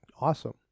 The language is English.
awesome